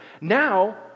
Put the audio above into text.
now